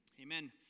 amen